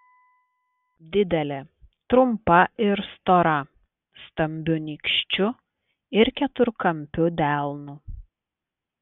didelė trumpa ir stora stambiu nykščiu ir keturkampiu delnu